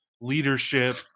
leadership